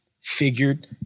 figured